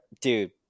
dude